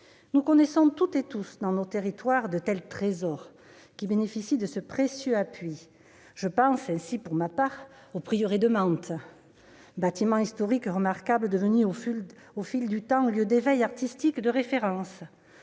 Nous connaissons toutes et tous dans nos territoires de tels trésors qui bénéficient de ce précieux appui. Je pense ainsi, pour ma part, au prieuré de Manthes, bâtiment historique remarquable qui est devenu au fil du temps un lieu d'éveil artistique de référence,